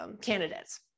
candidates